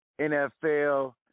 NFL